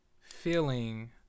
feeling